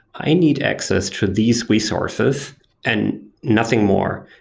i need access to these resources and nothing more.